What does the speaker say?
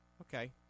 Okay